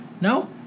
No